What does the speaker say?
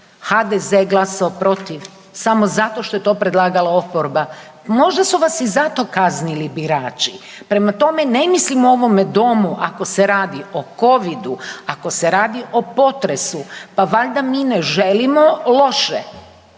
HDZ je glasovao protiv, samo zato što je to predlagala oporba. Možda su vas i zato kaznili birači. Prema tome, ne mislim o ovome domu ako se radi o COVID-u, ako se radi o potresu, pa valja mi ne želimo loše.